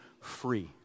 free